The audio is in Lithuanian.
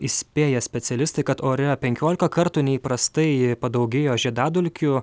įspėja specialistai kad ore penkiolika kartų neįprastai padaugėjo žiedadulkių